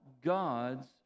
God's